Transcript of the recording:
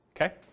okay